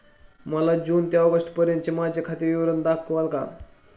मला जून ते ऑगस्टपर्यंतचे माझे खाते विवरण दाखवाल का?